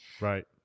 Right